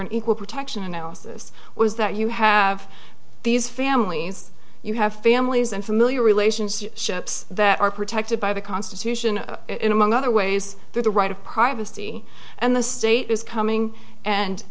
an equal protection analysis was that you have these families you have families and familiar relations ships that are protected by the constitution among other ways that the right of privacy and the state is coming and